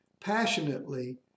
passionately